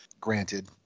Granted